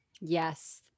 Yes